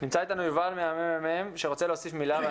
נמצא איתנו יובל מהממ"מ שרוצה להוסיף מילה.